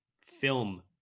film